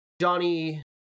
Johnny